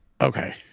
Okay